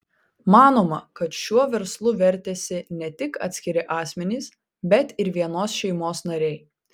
manoma kad šiuo verslu vertėsi ne tik atskiri asmenys bet ir vienos šeimos nariai